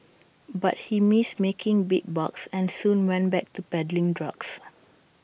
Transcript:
but he missed making big bucks and soon went back to peddling drugs